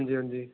ਜੀ ਹਾਂਜੀ